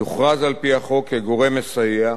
יוכרז על-פי החוק כ"גורם מסייע"